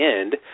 end